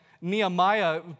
Nehemiah